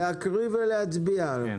רשאי המפקח הארצי על התעבורה או מפקח